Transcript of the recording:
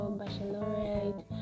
bachelorette